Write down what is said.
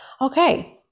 Okay